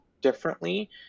differently